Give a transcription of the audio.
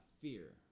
fear